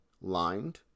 lined